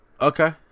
Okay